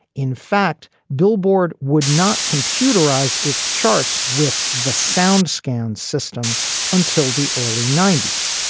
in fact, billboard would not computerize its charts with the soundscan system until the early ninety s,